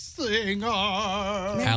singer